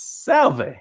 Salve